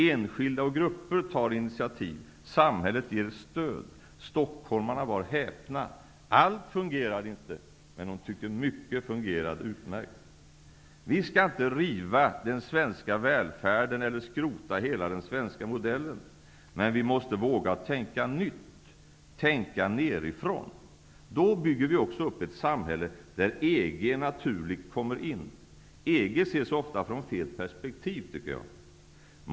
Enskilda och grupper tar initiativ, och samhället ger stöd. Stockholmarna var häpna. Allt fungerade inte. Men de tyckte att mycket fungerade utmärkt. Vi skall inte riva den svenska välfärden eller skrota hela den svenska modellen. Men vi måste våga tänka nytt, tänka nedifrån. Då bygger vi också upp ett samhälle där EG naturligt kommer in. EG ses ofta från fel perspektiv, tycker jag.